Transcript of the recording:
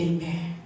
Amen